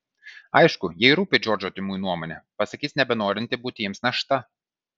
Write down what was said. aišku jai rūpi džordžo artimųjų nuomonė pasakys nebenorinti būti jiems našta